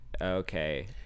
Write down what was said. okay